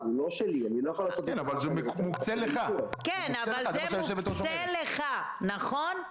אני רוצה לשאול שוב, הרי לרוב הנשים